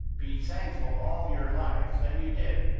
be thankful all your life that you did.